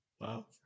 Wow